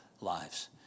lives